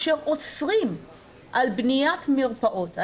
אשר אוסרים על בניית מרפאות.